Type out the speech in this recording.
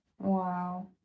Wow